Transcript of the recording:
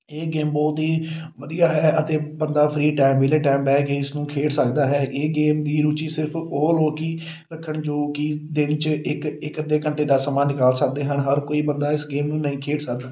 ਇਹ ਗੇਮ ਬਹੁਤ ਹੀ ਵਧੀਆ ਹੈ ਅਤੇ ਬੰਦਾ ਫਰੀ ਟਾਈਮ ਵਿਹਲੇ ਟਾਈਮ ਬਹਿ ਕੇ ਇਸਨੂੰ ਖੇਡ ਸਕਦਾ ਹੈ ਇਹ ਗੇਮ ਦੀ ਰੁਚੀ ਸਿਰਫ ਉਹ ਲੋਕ ਈ ਰੱਖਣ ਜੋ ਕਿ ਦਿਨ 'ਚ ਇੱਕ ਇੱਕ ਅੱਧੇ ਘੰਟੇ ਦਾ ਸਮਾਂ ਨਿਕਾਲ ਸਕਦੇ ਹਨ ਹਰ ਕੋਈ ਬੰਦਾ ਇਸ ਗੇਮ ਨੂੰ ਨਹੀਂ ਖੇਡ ਸਕਦਾ